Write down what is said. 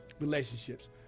relationships